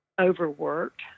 overworked